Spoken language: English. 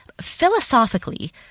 philosophically